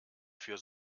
für